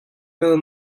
bal